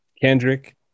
Kendrick